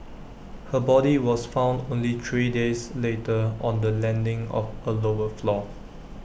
her body was found only three days later on the landing of A lower floor